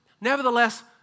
nevertheless